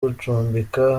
gucumbika